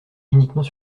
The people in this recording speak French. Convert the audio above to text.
uniquement